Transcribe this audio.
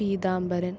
Peethambaran